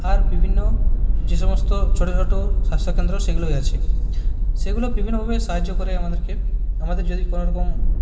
আর বিভিন্ন যে সমস্ত ছোট ছোট স্বাস্থ্যকেন্দ্র সেগুলোই আছে সেগুলো বিভিন্নভাবে সাহায্য করে আমাদেরকে আমাদের যদি কোনওরকম